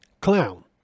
clown